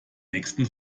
nächsten